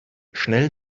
schnell